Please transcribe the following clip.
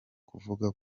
kuvuga